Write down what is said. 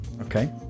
okay